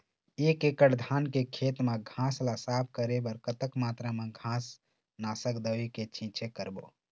एक एकड़ धान के खेत मा घास ला साफ करे बर कतक मात्रा मा घास नासक दवई के छींचे करबो?